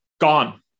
Gone